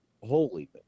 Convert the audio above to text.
holy